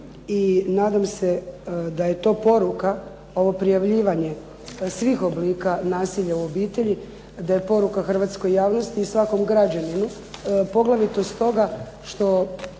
nadam se da je to poruka ovo prijavljivanje svih oblika nasilja u obitelji, da je poruka hrvatskoj javnosti i svakom građaninu, poglavito stoga što